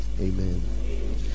amen